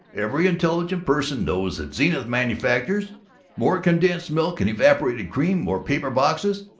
every intelligent person knows that zenith manufactures more condensed milk and evaporated cream, more paper boxes,